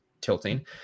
tilting